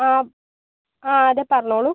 ആ ആ അതെ പറഞ്ഞോളു